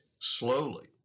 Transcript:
slowly